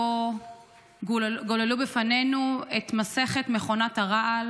שבו גוללו בפנינו את מסכת מכונת הרעל